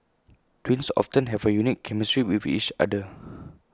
twins often have A unique chemistry with each other